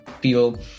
feel